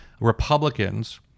Republicans